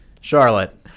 Charlotte